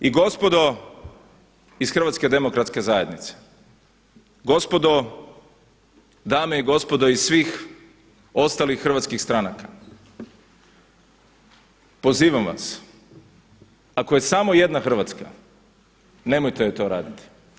I gospodo iz HDZ-a, gospodo, dame i gospodo iz svih ostalih hrvatskih stranaka, pozivam vas ako je samo jedna Hrvatska nemojte joj to raditi.